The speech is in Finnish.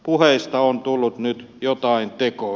puheista on tullut nyt jotain tekoja